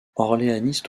orléaniste